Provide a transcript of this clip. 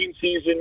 season